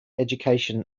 education